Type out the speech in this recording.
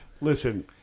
listen